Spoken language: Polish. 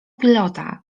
pilota